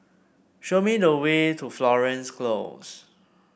show me the way to Florence Close